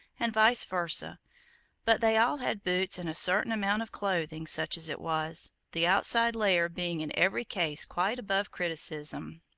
and vice versa but they all had boots and a certain amount of clothing, such as it was, the outside layer being in every case quite above criticism.